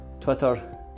twitter